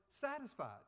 satisfied